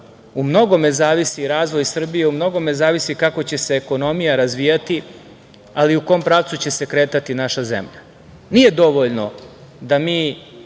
u mnogome zavisi razvoj Srbije, u mnogome zavisi kako će se ekonomija razvijati, ali i u kom pravcu će se kretati naša zemlja. Nije dovoljno da mi